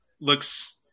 looks